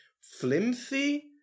flimsy